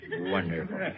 wonderful